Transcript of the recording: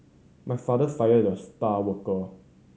my father fired the star worker